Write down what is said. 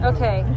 Okay